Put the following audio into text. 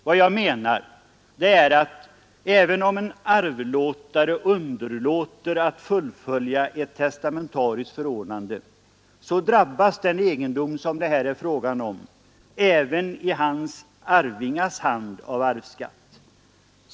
Vad jag menar är att även om en arvlåtare underlåter att fullfölja ett tilltänkt testamentariskt är fråga om även i hans förordnande så drabbas den egendom som det hä arvingars hand av arvsskatt.